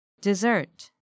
Dessert